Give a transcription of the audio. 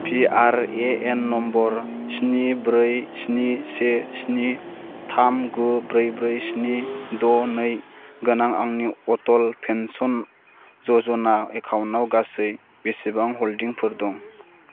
PRAN number स्नि ब्रै स्नि से स्नि थाम गु ब्रै ब्रै स्नि द' नै गोनां आंनि अटल पेन्सन य'जना एकाउन्टआव गासै बेसेबां हल्डिंफोर दं